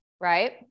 right